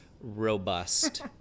robust